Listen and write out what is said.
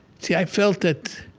see, i felt that